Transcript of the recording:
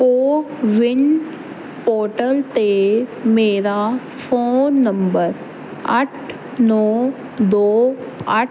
CoWIN portal 'ਤੇ ਮੇਰਾ phone number ਅੱਠ ਨੌਂ ਦੋ ਅੱਠ